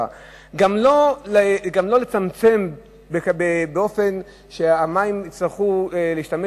גם לא לצמצם באופן שיצטרכו להשתמש